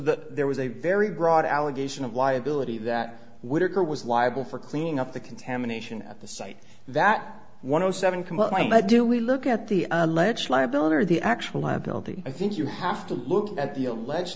that there was a very broad allegation of liability that would occur or was liable for cleaning up the contamination at the site that one o seven complained but do we look at the alleged liability or the actual liability i think you have to look at the alleged